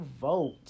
vote